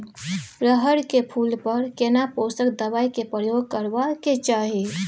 रहर के फूल पर केना पोषक दबाय के प्रयोग करबाक चाही?